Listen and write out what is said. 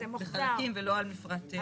בחלקים ולא על מפרט.